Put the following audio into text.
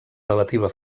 relativa